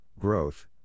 growth